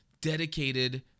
dedicated